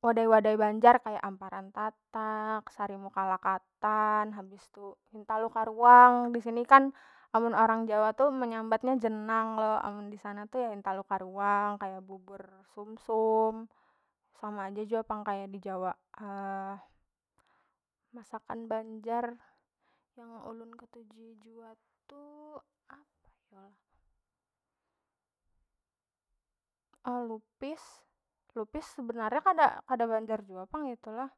wadai- wadai banjar kaya amparan tatak, sarimuka lakatan, habis tu hintalu karuang disini kan amun orang jawa tu menyambat nya jenang klo amun disana ya hintalu karuang kaya bubur sum- sum sama ja jua pang kaya di jawa masakan banjar yang ulun ketujui jua tu apa yo lah lupis- lupis sebenarnya kada- kada banjar jua pang itu lah.